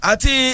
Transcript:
Ati